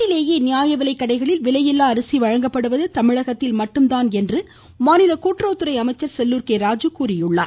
நாட்டிலேயே நியாய விலை கடைகளில் விலையில்லா அரிசி வழங்கப்படுவது தமிழகத்தில் மட்டும் தான் என மாநில கூட்டுறவுத்துறை அமைச்சர் செல்லூர் கே ராஜு தெரிவித்துள்ளா்